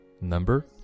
Number